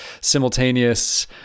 simultaneous